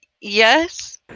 Yes